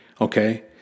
okay